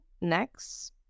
next